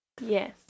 Yes